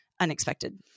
unexpected